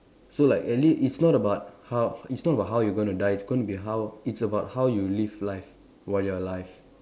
so like at least it's not about how it's not about how you going to die it's going to be how it's about how you live life while you're alive